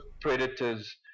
predators